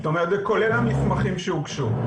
זאת אומרת, זה כולל המסמכים שהוגשו.